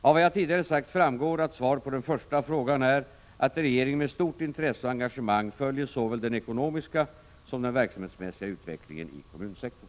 Av vad jag tidigare sagt framgår att svaret på den första frågan är att regeringen med stort intresse och engagemang följer såväl den ekonomiska som den verksamhetsmässiga utvecklingen i kommunsektorn.